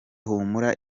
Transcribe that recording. humura